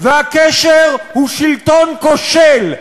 והקשר הוא שלטון כושל,